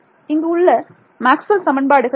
இங்கு உள்ள மேக்ஸ்வெல் சமன்பாடுகள் என்ன